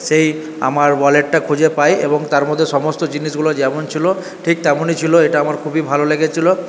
সেই আমার ওয়ালেটটা খুঁজে পাই এবং তার মধ্যে সমস্ত জিনিসগুলা যেমন ছিল ঠিক তেমনিই ছিল এটা আমার খুবই ভালো লেগেছিল